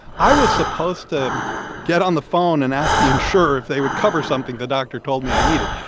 i was supposed to get on the phone and ask the insurer if they would cover something the doctor told me i needed.